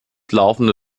laufende